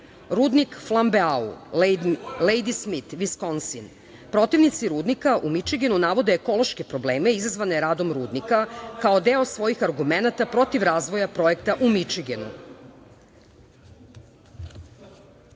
„Flambau“ Lejdi Smit, Viskonsin. Protivnici rudnika u Mičigenu navode ekološke probleme izazvane radom rudnika kao deo svojih argumenata protiv razvoja projekta u Mičigenu.